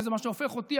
וזה מה שהופך אותי,